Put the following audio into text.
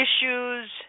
Issues